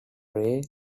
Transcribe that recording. ray